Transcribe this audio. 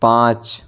पाँच